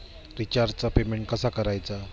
रिचार्जचा पेमेंट कसा करायचा?